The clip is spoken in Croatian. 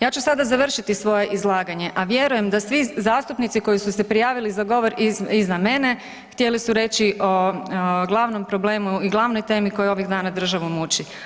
Ja ću sada završiti svoje izlaganje, a vjerujem da svi zastupnici koji su se prijavili za govor iza mene htjeli su reći o glavnom problemu i glavnoj temi koja ovih dana državu muči.